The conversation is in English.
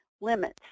limits